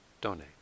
donate